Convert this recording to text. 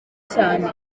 cyane